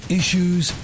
issues